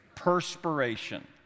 perspiration